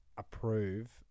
Approve